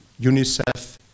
UNICEF